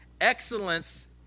Excellence